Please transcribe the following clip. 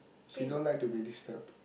she don't like to be disturbed